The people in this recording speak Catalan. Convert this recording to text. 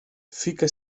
fica